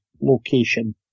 location